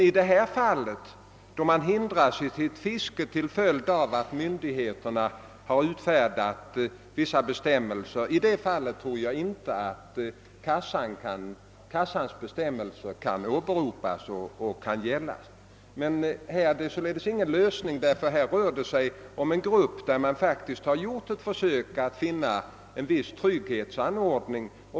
I detta fall, då man hindras i sitt fiske till följd av att myndigheterna har utfärdat vissa bestämmelser, tror jag emellertid inte att kassans bestämmelser kan åberopas. Här rör det sig om en grupp som faktiskt har försökt genom arbetslöshetskassa finna en viss trygghetsanordning.